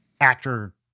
actor